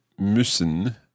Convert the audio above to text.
müssen